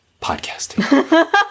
podcasting